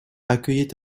accueillait